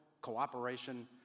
cooperation